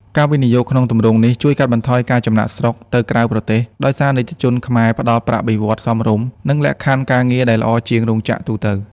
ការវិនិយោគក្នុងទម្រង់នេះជួយកាត់បន្ថយការចំណាកស្រុកទៅក្រៅប្រទេស ដោយសារអាណិកជនខ្មែរផ្ដល់ "ប្រាក់បៀវត្សរ៍សមរម្យ" និងលក្ខខណ្ឌការងារដែលល្អជាងរោងចក្រទូទៅ។